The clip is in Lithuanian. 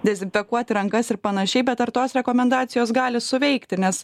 dezinfekuoti rankas ir panašiai bet ar tos rekomendacijos gali suveikti nes